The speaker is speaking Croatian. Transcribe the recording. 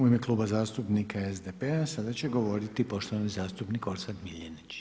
U ime Kluba zastupnika SDP-a sada će govoriti poštovani zastupnik Orsat Miljenić.